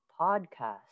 podcast